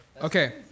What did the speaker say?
Okay